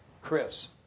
Chris